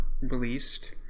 released